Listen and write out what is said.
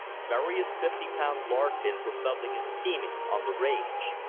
various fifty-pound lard tins were bubbling and steaming on the range.